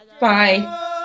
Bye